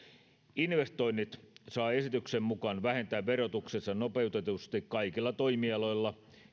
investoinnit saa esityksen mukaan vähentää verotuksessa nopeutetusti kaikilla toimialoilla